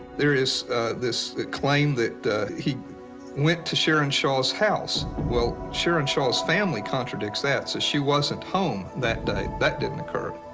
there is this claim that he went to sharon shaw's house. well sharon shaw's family contradicts that. so she wasn't home that day. that didn't occur.